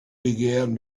began